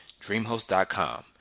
DreamHost.com